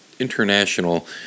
International